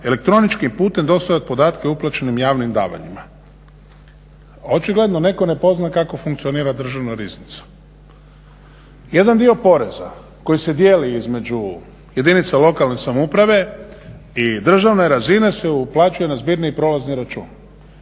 elektroničkim putem dostavit podatke o uplaćenim javnim davanjima. Očigledno netko ne pozna kako funkcionira državna riznica. Jedan dio poreza koji se dijeli između jedinica lokalne samouprave i državne razine se uplaćuje na zbirni i prolazni račun